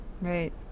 Right